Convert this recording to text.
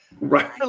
Right